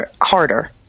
harder